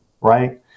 Right